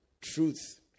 truth